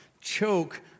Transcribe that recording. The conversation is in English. choke